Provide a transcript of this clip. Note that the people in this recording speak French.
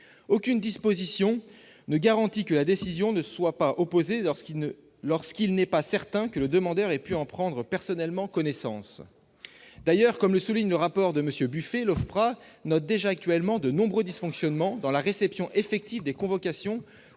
Aucune disposition ne garantit que la décision ne soit pas opposée lorsqu'il n'est pas certain que le demandeur ait pu en prendre personnellement connaissance. D'ailleurs, comme le souligne dans son rapport François-Noël Buffet, l'OFPRA note qu'il existe actuellement de nombreux dysfonctionnements dans la réception effective des convocations